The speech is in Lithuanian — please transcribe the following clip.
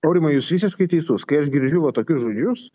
aurimai jūs visiškai teisus kai aš girdžiu va tokius žodžius